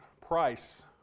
price